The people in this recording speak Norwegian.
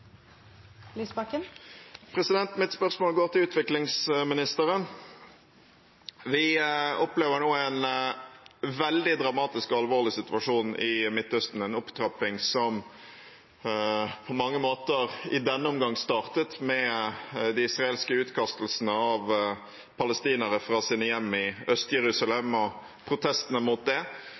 Mitt spørsmål går til utviklingsministeren. Vi opplever nå en veldig dramatisk og alvorlig situasjon i Midtøsten, en opptrapping som på mange måter i denne omgang startet med den israelske utkastelsen av palestinere fra sine hjem i Øst-Jerusalem, og protestene mot det.